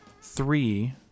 Three